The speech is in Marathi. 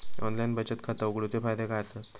ऑनलाइन बचत खाता उघडूचे फायदे काय आसत?